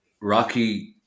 Rocky